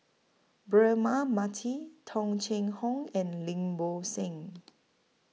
Braema Mathi Tung Chye Hong and Lim Bo Seng